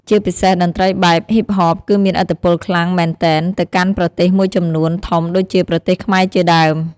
ជាពិសេសតន្រ្តីបែបហ៊ីបហបគឺមានឥទ្ធិពលខ្លាំងមែនទែនទៅកាន់ប្រទេសមួយចំនួនធំដូចជាប្រទេសខ្មែរជាដើម។